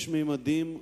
יש ממדים,